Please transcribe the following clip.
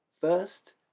First